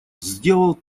сделал